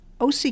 OC